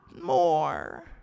more